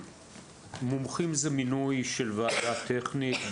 מומחים זה מינוי של ועדה טכנית.